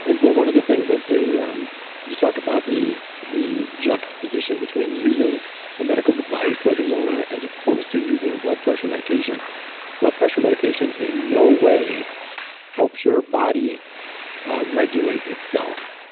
and well one of the things, and um you talk about the the juxtaposition between using a medical device like a zona as opposed to using blood pressure medication blood pressure medication in no way helps your body regulate itself.